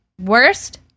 worst